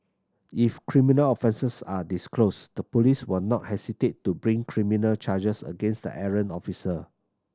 if criminal offences are disclosed the police will not hesitate to bring criminal charges against the errant officer